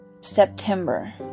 September